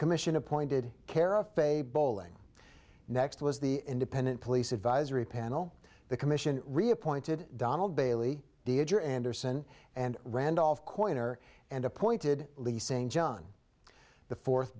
commission appointed carafa bowling next was the independent police advisory panel the commission reappointed donald bailey danger anderson and randolph coiner and appointed leasing john the fourth